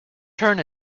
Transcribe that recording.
turn